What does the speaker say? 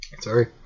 Sorry